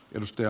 kiitos